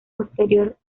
posteriormente